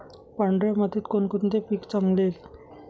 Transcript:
पांढऱ्या मातीत कोणकोणते पीक चांगले येईल?